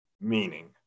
Meaning